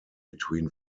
between